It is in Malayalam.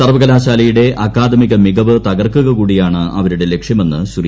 സർവ്വകലാശാലയുടെ അക്കാദമിക മികവ് തകർക്കുക കൂടിയാണ് അവരുടെ ലക്ഷ്യമെന്ന് ശ്രീ